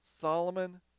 Solomon